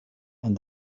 and